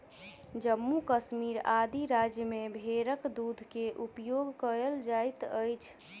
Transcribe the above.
जम्मू कश्मीर आदि राज्य में भेड़क दूध के उपयोग कयल जाइत अछि